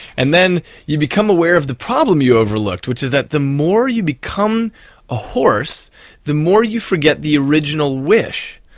and then you become aware of the problem you overlooked which is that the more you become a horse the more you forget the original wish.